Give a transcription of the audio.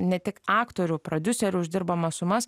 ne tik aktorių prodiuserių uždirbamas sumas